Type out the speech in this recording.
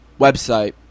website